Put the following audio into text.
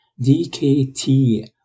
DKT